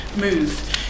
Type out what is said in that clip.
move